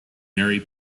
mary